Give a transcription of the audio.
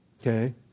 Okay